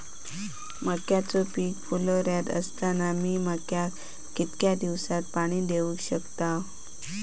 मक्याचो पीक फुलोऱ्यात असताना मी मक्याक कितक्या दिवसात पाणी देऊक शकताव?